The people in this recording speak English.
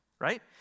right